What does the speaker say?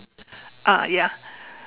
ah ya